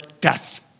death